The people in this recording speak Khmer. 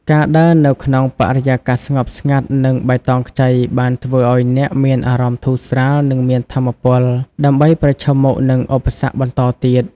ការដើរនៅក្នុងបរិយាកាសស្ងប់ស្ងាត់និងបៃតងខ្ចីបានធ្វើឱ្យអ្នកមានអារម្មណ៍ធូរស្រាលនិងមានថាមពលដើម្បីប្រឈមមុខនឹងឧបសគ្គបន្តទៀត។